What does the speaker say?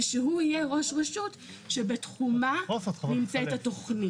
ושהוא יהיה ראש רשות שבתחומה נמצאת התוכנית.